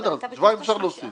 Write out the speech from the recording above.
שבועיים אפשר להוסיף